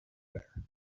there